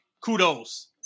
kudos